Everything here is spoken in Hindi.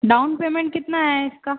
डाउन पेमेंट कितना हैं इसका